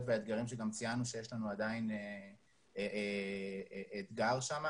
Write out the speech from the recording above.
והאתגרים שגם ציינו שיש לנו עדיין אתגר שם.